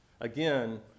Again